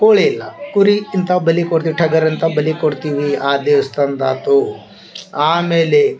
ಕೋಳಿ ಇಲ್ಲ ಕುರಿ ಇಂಥವ ಬಲಿ ಕೊಡ್ತೀವಿ ಟಗರು ಅಂತ ಬಲಿ ಕೊಡ್ತೀವಿ ಆ ದೇವ್ಸ್ಥಾನ್ದ ಆತು ಆಮೇಲೆ